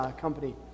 company